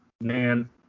man